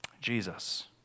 Jesus